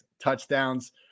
touchdowns